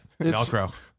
Velcro